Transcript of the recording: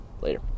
later